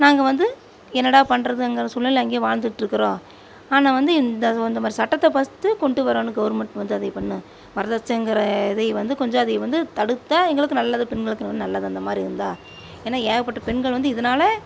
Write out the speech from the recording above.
நாங்கள் வந்து என்னடா பண்றதுங்கிற சூழ்நிலையில் அங்கே வாழ்ந்துட்டு இருக்கிறோம் ஆனால் வந்து இந்த இந்தமாதிரி சட்டத்தை பஸ்ட்டு கொண்டு வரணும் கவுர்மெண்ட் வந்து அதை பண்ணும் வரதட்சணைங்கிற இதை வந்து கொஞ்சம் அதை வந்து தடுத்தால் எங்களுக்கு நல்லது பெண்களுக்கு நல்லது அந்தமாதிரி இருந்தால் ஏன்னா ஏகப்பட்ட பெண்கள் வந்து இதனால